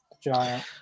giant